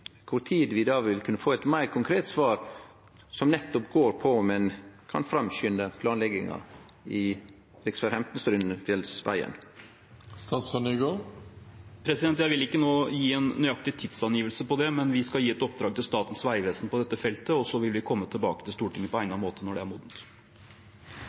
vi da vil kunne få eit meir konkret svar som nettopp går på om ein kan framskunde planlegginga av rv. 15 Strynefjellsveien? Jeg vil ikke nå gi en nøyaktig tidsangivelse på det, men vi skal gi et oppdrag til Statens vegvesen på dette feltet, og så vil vi komme tilbake til Stortinget på